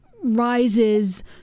rises